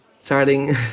starting